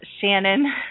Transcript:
Shannon